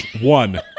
One